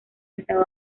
estado